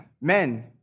Men